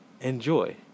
Enjoy